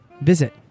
visit